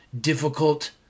difficult